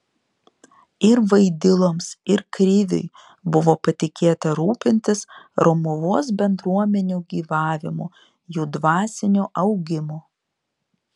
ir vaidiloms ir kriviui buvo patikėta rūpintis romuvos bendruomenių gyvavimu jų dvasiniu augimu